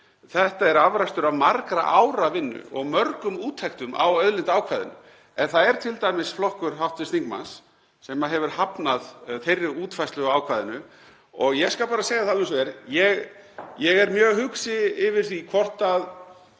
Þetta er afrakstur af margra ára vinnu og mörgum úttektum á auðlindaákvæðinu. En það er t.d. flokkur hv. þingmanns sem hefur hafnað þeirri útfærslu á ákvæðinu og ég skal bara segja það eins og er að ég er mjög hugsi yfir því hvort það